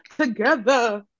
together